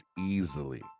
easily